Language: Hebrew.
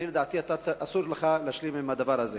ולדעתי אסור לך להשלים עם הדבר הזה.